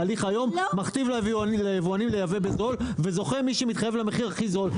ההליך היום מכתיב ליבואנים לייבא בזול וזוכה מי שמתחייב למחיר הכי זול.